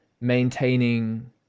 maintaining